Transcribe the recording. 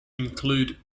include